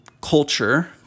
culture